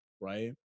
right